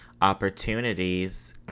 opportunities